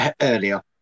earlier